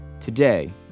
Today